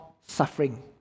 suffering